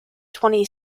twenty